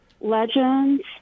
legends